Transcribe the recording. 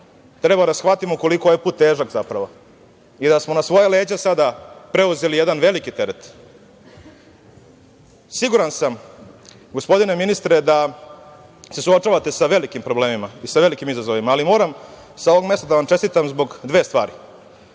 Treba da shvatimo koliko je ovaj put težak zapravo i da smo na svoja leđa sada preuzeli jedan veliki teret. Siguran sam, gospodine ministre, da se suočavate sa velikim problemima i sa velikim izazovima, ali moram sa ovog mesta da vam čestitam zbog dve stvari.